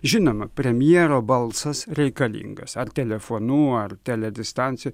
žinoma premjero balsas reikalingas ar telefonu ar teliadistancija